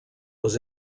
was